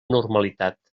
normalitat